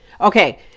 Okay